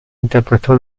interpretò